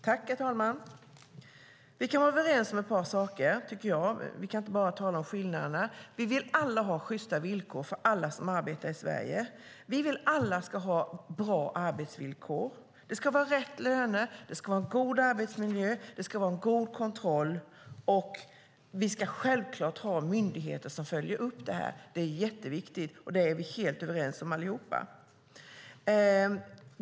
Herr talman! Vi kan vara överens om ett par saker; vi kan inte bara tala om skillnaderna. Vi vill alla ha sjysta villkor för alla som arbetar i Sverige. Vi vill att alla ska ha bra arbetsvillkor. Det ska vara rätt löner. Det ska vara en god arbetsmiljö. Det ska vara god kontroll. Och vi ska självklart ha myndigheter som följer upp det här. Det är jätteviktigt, och det är vi helt överens om allihop.